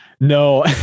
No